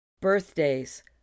Birthdays